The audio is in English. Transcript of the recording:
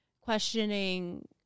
questioning